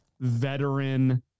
veteran